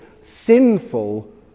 sinful